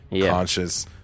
conscious